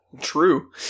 True